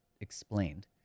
explained